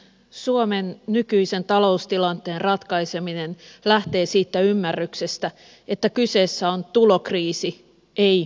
suomen nykyisen taloustilanteen ratkaiseminen lähtee siitä ymmärryksestä että kyseessä on tulokriisi ei menokriisi